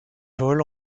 vol